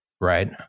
right